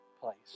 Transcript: place